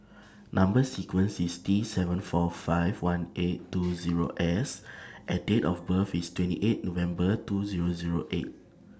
Number sequence IS T seven four five one eight two Zero S and Date of birth IS twenty eight November two Zero Zero eight